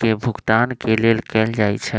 के भुगतान के लेल कएल जाइ छइ